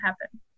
happen